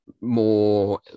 more